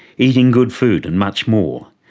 eating good food and much more.